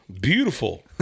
beautiful